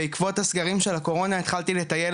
בעקבות הסגרים של הקורונה התחלתי לטייל